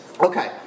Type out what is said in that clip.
Okay